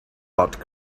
but